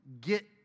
get